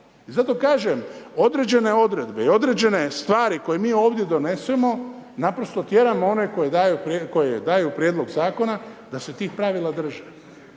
I zato kažem, određene odredbe i određene stvari koje mi ovdje donesemo, naprosto tjeramo one koje daju prijedlog Zakona da se tih pravila drže.